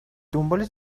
دنبال